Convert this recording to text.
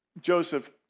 Joseph